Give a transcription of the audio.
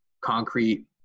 concrete